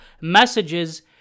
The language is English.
messages